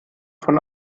von